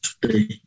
today